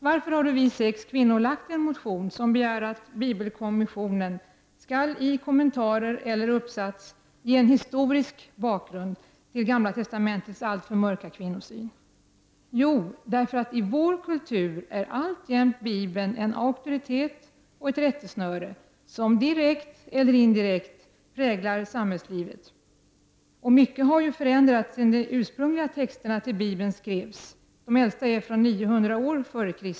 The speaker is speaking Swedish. Varför har då vi sex kvinnor väckt en motion som begär att bibelkommissionen i en kommentar, eller uppsats, skall ge en historisk bakgrund till Gamla testamentets allför mörka kvinnosyn? Jo, därför att i vår kultur är alltjämt Bibeln en auktoritet och ett rättesnöre som direkt eller indirekt präglar samhällslivet. Mycket har ju förändrats sedan de ursprungliga texterna till Bibeln skrevs. De äldsta är från år 900 f.Kr.